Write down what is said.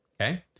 Okay